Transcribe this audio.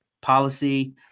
policy